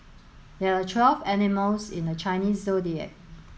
there are twelve animals in the Chinese Zodiac